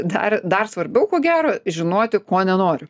dar dar svarbiau ko gero žinoti ko nenoriu